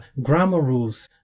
grammar rules,